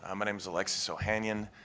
um my name is alexis ohanian.